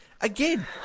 again